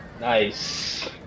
Nice